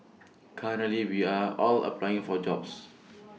currently we are all applying for jobs